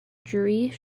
jurij